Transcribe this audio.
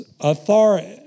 authority